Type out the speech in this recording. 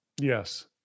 yes